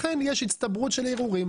לכן יש הצטברות של ערעורים.